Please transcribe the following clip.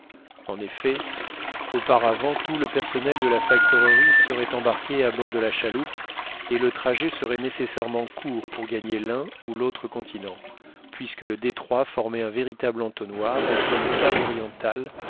en effet auparavant tout le personnel de la factorerie serait embarqué à bord de la chaloupe et le trajet serait nécessairement court pour gagner l'un ou l'autre continent puisque le détroit formait un véritable entonnoir entre le cap oriental